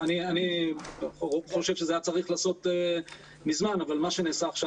אני חושב שזה היה צריך להיעשות מזמן אבל מה שנעשה עכשיו